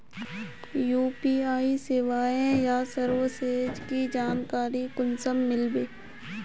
UPI सेवाएँ या services की जानकारी कुंसम मिलबे?